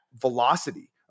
velocity